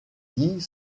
dit